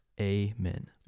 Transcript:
Amen